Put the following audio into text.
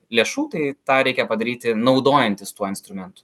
lėšų tai tą reikia padaryti naudojantis tuo instrumentu